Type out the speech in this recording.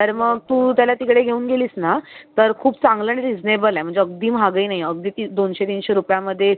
तर मग तू त्याला तिकडे घेऊन गेलीस ना तर खूप चांगलं आणि रिजनेबल म्हणजे अगदी महागही नाही अगदी ती दोनशे तीनशे रुपयामध्ये